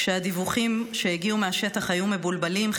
כשהדיווחים שהגיעו מהשטח היו מבולבלים,